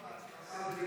אתה לא העניין.